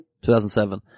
2007